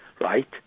right